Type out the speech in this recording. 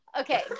okay